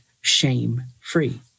shame-free